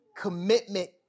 commitment